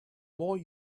more